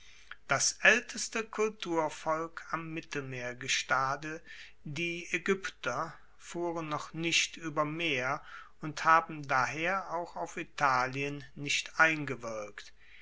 das aelteste kulturvolk am mittelmeergestade die aegypter fuhren noch nicht ueber meer und haben daher auch auf italien nicht eingewirkt